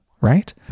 right